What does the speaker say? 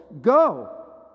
go